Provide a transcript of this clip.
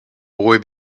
boy